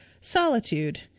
solitude